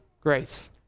grace